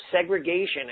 Segregation